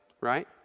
right